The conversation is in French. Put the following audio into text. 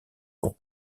pour